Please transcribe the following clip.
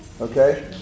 Okay